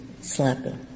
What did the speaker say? slapping